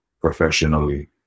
professionally